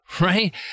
Right